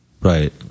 Right